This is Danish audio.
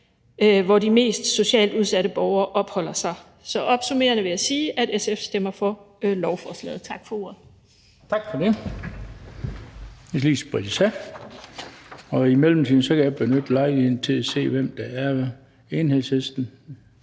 hvor de mest socialt udsatte borgere opholder sig. Så opsummerende vil jeg sige, at SF stemmer for lovforslaget. Tak for ordet. Kl.